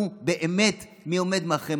תראו באמת מי עומד מאחור.